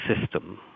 system